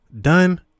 done